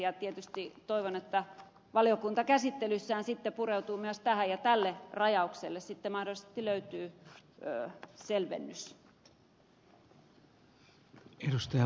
ja tietysti toivon että valiokunta käsittelyssään sitten pureutuu myös tähän ja tälle rajaukselle sitten mahdollisesti löytyy selvennys